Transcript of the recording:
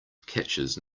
catches